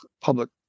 public